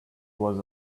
was